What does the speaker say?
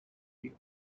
field